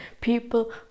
people